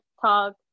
talk